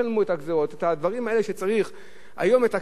את הדברים האלה שצריך היום לתקן את מה שנעשה,